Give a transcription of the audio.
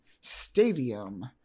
stadium